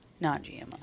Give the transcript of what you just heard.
Non-GMO